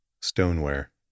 Stoneware